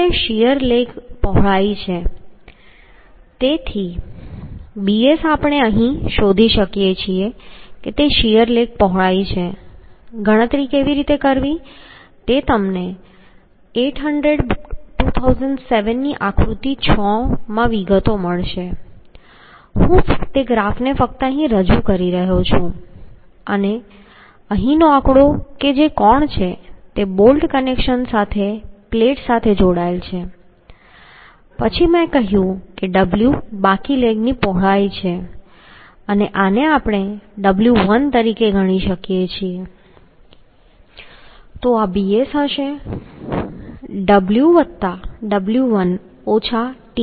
bs એ shear lag પહોળાઈ છે તેથી bs આપણે અહીં શોધી શકીએ છીએ કે તે શીયર લેગ પહોળાઈ છે ગણતરી કેવી રીતે કરવી તે તમને IS 800 2007 ની આકૃતિ 6 માં વિગતો મળશે હું ફક્ત તે ગ્રાફને અહીં રજૂ કરી રહ્યો છું અને અહીંનો આંકડો કે જે કોણ છે કે તે બોલ્ટ કનેક્શન સાથે પ્લેટ સાથે જોડાયેલ છે પછી મેં કહ્યું કે w બાકી લેગ પહોળાઈ છે અને આને આપણે w1 તરીકે ગણી શકીએ તો આ bs અહીં હશે w વત્તા w1 ઓછા t